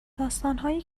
داستانهایی